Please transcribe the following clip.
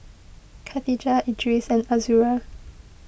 Khatijah Idris and Azura